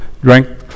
Drink